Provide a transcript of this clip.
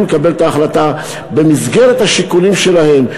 לקבל את ההחלטה במסגרת השיקולים שלהם,